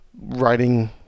writing